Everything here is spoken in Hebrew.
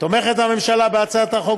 ומה עם ה"חמאס"?